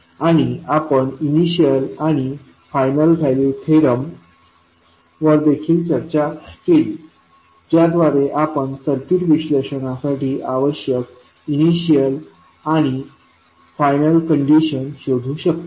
आणि आपण इनिशियल आणि फायनल व्हॅल्यू थेरम वर देखील चर्चा केली ज्याद्वारे आपण सर्किट विश्लेषणासाठी आवश्यक इनिशियल आणि फायनल कन्डिशन्ज़ शोधू शकतो